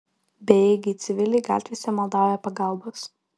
bejėgiai civiliai gatvėse maldauja pagalbos